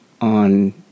on